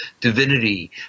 divinity